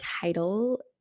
title